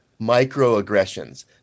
microaggressions